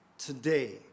Today